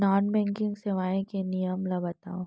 Non banking सेवाएं के नियम ला बतावव?